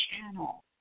channel